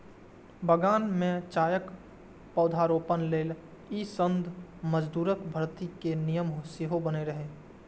बगान मे चायक पौधारोपण लेल ई संघ मजदूरक भर्ती के नियम सेहो बनेने रहै